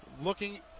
looking